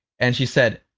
and she said,